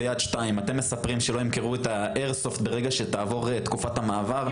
אתם מספרים שלא ימכרו את האיירסופט ברגע שתעבור תקופת המעבר?